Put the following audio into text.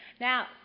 Now